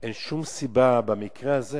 אין שום סיבה שבמקרה הזה